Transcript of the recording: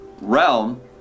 realm